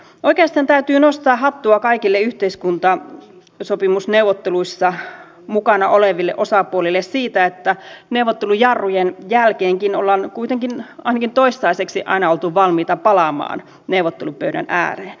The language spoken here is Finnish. oikeastaan täytyy nostaa hattua kaikille yhteiskuntasopimusneuvotteluissa mukana oleville osapuolille siitä että neuvottelujarrujen jälkeenkin ollaan kuitenkin ainakin toistaiseksi aina oltu valmiita palaamaan neuvottelupöydän ääreen